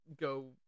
go